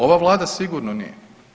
Ova Vlada sigurno nije.